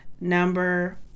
number